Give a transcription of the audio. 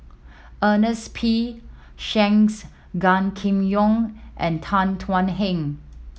Ernest P Shanks Gan Kim Yong and Tan Thuan Heng